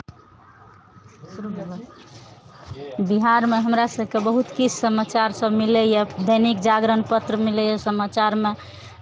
बिहारमे हमरा सभके बहुत किछु समाचारसभ मिलैए दैनिक जागरण पत्र मिलैए समाचारमे